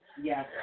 Yes